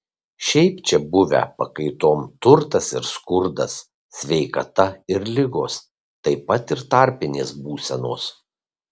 šiaip čia buvę pakaitom turtas ir skurdas sveikata ir ligos taip pat ir tarpinės būsenos